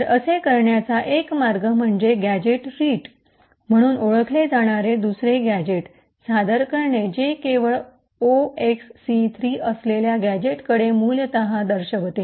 तर असे करण्याचा एक मार्ग म्हणजे गॅझेट रीट Gadget Ret म्हणून ओळखले जाणारे दुसरे गॅझेट सादर करणे जे केवळ 0xC3 असलेल्या गॅझेटकडे मूलत दर्शवते